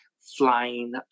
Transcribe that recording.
Flying